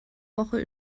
woche